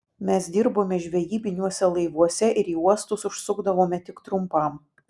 mes dirbome žvejybiniuose laivuose ir į uostus užsukdavome tik trumpam